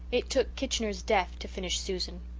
it took kitchener's death to finish susan.